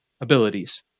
abilities